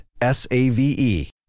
S-A-V-E